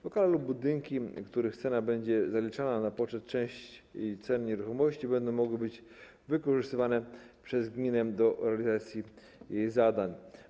Lokale lub budynki, których cena będzie zaliczana na poczet części cen nieruchomości, będą mogły być wykorzystywane przez gminę do realizacji jej zadań.